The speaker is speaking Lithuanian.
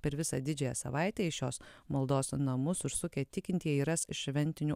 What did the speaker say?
per visą didžiąją savaitę į šios maldos namus užsukę tikintieji ras šventinių